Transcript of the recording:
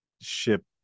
ship